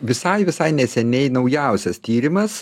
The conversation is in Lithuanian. visai visai neseniai naujausias tyrimas